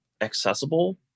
accessible